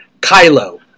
Kylo